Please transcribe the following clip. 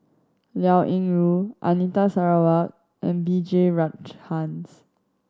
Liao Yingru Anita Sarawak and B J Rajhans